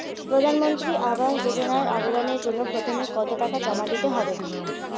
প্রধানমন্ত্রী আবাস যোজনায় আবেদনের জন্য প্রথমে কত টাকা জমা দিতে হবে?